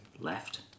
left